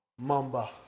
Mamba